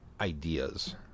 ideas